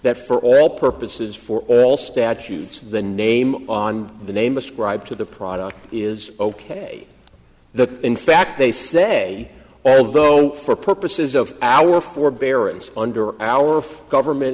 that for all purposes for all statutes the name on the name ascribed to the product is ok the in fact they say although for purposes of our forbearance under our government